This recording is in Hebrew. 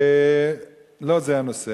ולא זה הנושא.